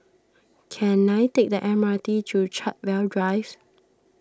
can I take the M R T to Chartwell Drives